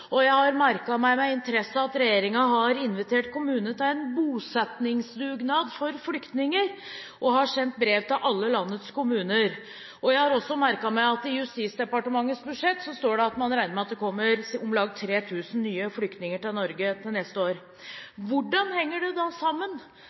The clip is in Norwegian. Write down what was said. omsorg. Jeg har merket meg med interesse at regjeringen har invitert kommunene til en bosetningsdugnad for flyktninger og har sendt brev til alle landets kommuner. Jeg har også merket meg at i Justisdepartementets budsjett står det at man regner med at det kommer om lag 3 000 nye flyktninger til Norge neste år.